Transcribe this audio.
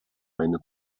meine